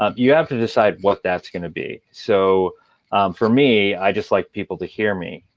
um you have to decide what that's going to be. so for me, i just like people to hear me,